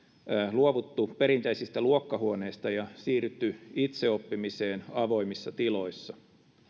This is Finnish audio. luovuttu perinteisistä luokkahuoneista ja siirrytty itseoppimiseen avoimissa tiloissa